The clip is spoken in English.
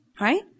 Right